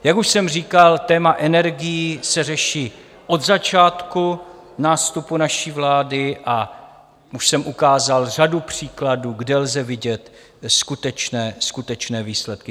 Jak už jsem říkal, téma energií se řeší od začátku nástupu naší vlády a už jsem ukázal řadu příkladů, kde lze vidět skutečné výsledky.